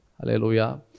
Hallelujah